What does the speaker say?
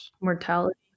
mortality